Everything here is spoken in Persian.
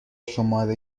شماره